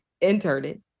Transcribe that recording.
interned